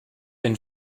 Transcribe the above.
been